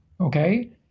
Okay